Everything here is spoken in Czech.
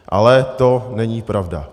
Ale to není pravda.